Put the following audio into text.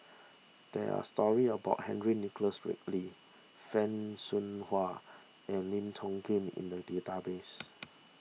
there are stories about Henry Nicholas Ridley Fan Shao Hua and Lim Tiong Ghee in the database